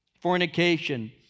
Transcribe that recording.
fornication